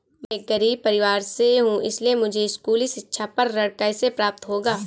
मैं एक गरीब परिवार से हूं इसलिए मुझे स्कूली शिक्षा पर ऋण कैसे प्राप्त होगा?